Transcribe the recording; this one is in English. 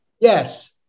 Yes